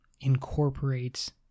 incorporates